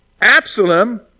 Absalom